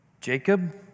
Jacob